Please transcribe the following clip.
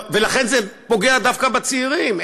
ולכן זה פוגע דווקא בצעירים,